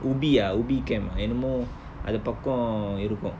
ubi ah ubi camp ah என்னமோ அது பக்கோ இருக்கு:ennamo athu pakko irukku